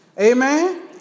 Amen